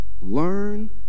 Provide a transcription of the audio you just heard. learn